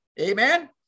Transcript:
Amen